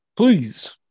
please